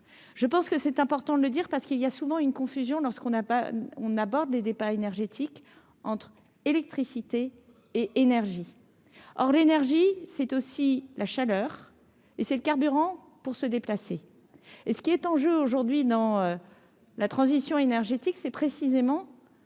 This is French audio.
je pense que c'est important de le dire parce qu'il y a souvent une confusion lorsqu'on n'a pas on aborde les débats énergétique entre électricité et énergie, or l'énergie, c'est aussi la chaleur et c'est le carburant pour se déplacer et ce qui est en jeu aujourd'hui dans la transition énergétique, c'est précisément.